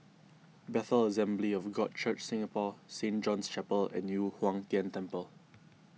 Bethel Assembly of God Church Singapore Saint John's Chapel and Yu Huang Tian Temple